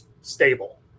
stable